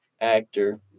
actor